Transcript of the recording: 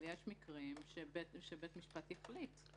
אבל יש מקרים שבית משפט יחליט.